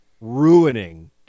ruining